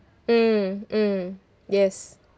mm mm yes